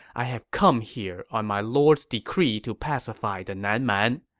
i have come here on my lord's decree to pacify the nan man.